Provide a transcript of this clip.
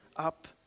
up